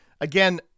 again